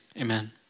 amen